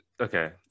okay